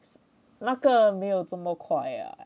是那个没有这么快呀